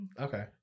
Okay